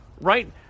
right